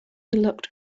looked